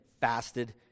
fasted